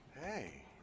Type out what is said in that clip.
Hey